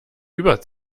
über